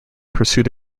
pursued